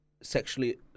sexually